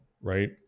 right